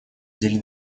деле